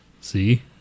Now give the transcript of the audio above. See